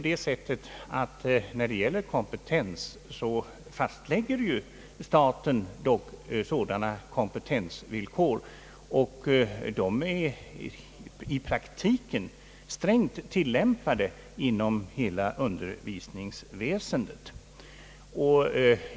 Det är ju staten som fastställer kompetensvillkor, och de tillämpas i praktiken strängt inom hela undervisningsväsendet.